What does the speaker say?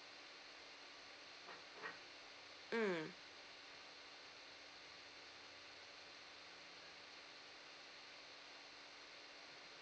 mm